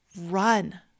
run